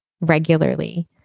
regularly